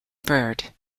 bird